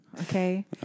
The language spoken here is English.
Okay